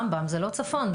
רמב"ם זה לא צפון.